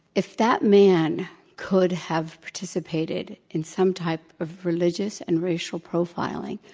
if that man could have participated in some type of religious and racial profiling,